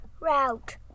Route